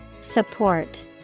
Support